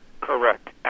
Correct